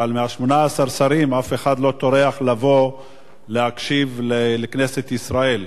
אבל מ-18 השרים אף אחד לא טורח לבוא להקשיב לכנסת ישראל.